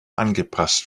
angepasst